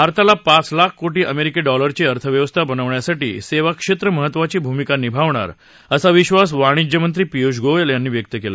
भारताला पाच लाख कोटी अमेरिकी डॉलरची अर्थव्यवस्था बनवण्यासाठी सेवा क्षेत्र महत्त्वाची भूमिका निभावणारअसा विश्वास वाणिज्यमंत्री पियुष गोयल यांनी व्यक्त केला